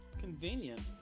convenience